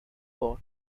booth